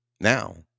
Now